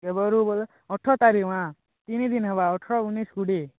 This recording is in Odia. କେବେରୁ ବୋଲେ ଅଠର୍ ତାରିଖ୍ ମା' ତିନି ଦିନି ହେବା ଅଠର୍ ଉନିଷ୍ କୋଡ଼ିଏ